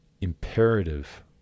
imperative